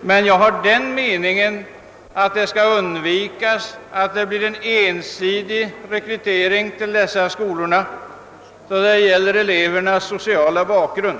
Men jag har den meningen att man bör undvika att rekryteringen till dessa skolor blir ensidig när det gäller elevernas sociala bakgrund.